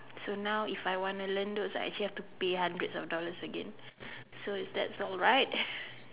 so now if I wanna learn those I actually have to pay hundreds of dollars again so that's alright